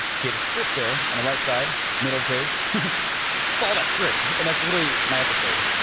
okay, the script there, on the right side, middle page is for that script, and that's literally my episode.